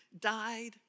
died